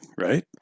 right